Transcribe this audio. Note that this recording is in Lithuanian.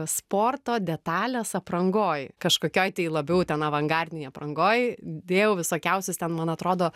sporto detales aprangoj kažkokioj tai labiau ten avangardinėj aprangoj dėjau visokiausius ten man atrodo